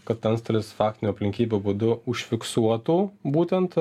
kad antstolis faktinių aplinkybių būdu užfiksuotų būtent